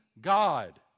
God